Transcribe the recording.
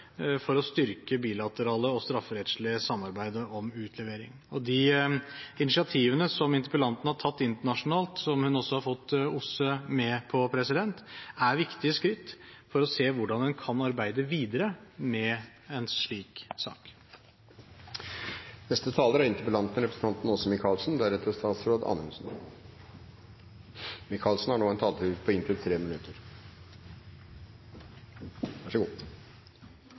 for å styrke det bilaterale og strafferettslige samarbeidet om utlevering. De initiativene som interpellanten har tatt internasjonalt, som hun også har fått OSSE med på, er viktige skritt for å se hvordan man kan arbeide videre med en slik sak. Jeg takker statsråden for et fyldig og godt svar. Jeg er fullstendig klar over at det er en